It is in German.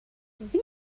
wie